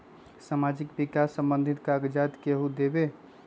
समाजीक विकास संबंधित कागज़ात केहु देबे?